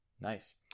nice